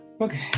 Okay